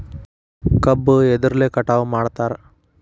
ಕಬ್ಬು ಎದ್ರಲೆ ಕಟಾವು ಮಾಡ್ತಾರ್?